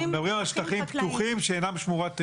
שמורות טבע,